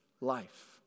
life